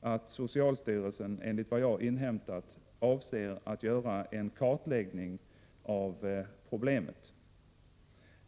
att socialstyrelsen, enligt vad jag inhämtat, avser att göra en kartläggning av problemet.